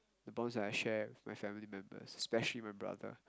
bonds that I share with my family member especially my brother